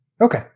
Okay